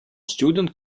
student